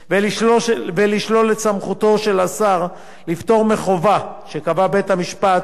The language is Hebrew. ולשלול את סמכותו של השר לפטור מחובה שקבע בית-המשפט,